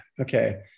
okay